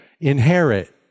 inherit